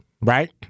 right